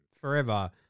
forever